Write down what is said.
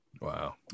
Wow